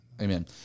Amen